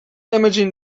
imaging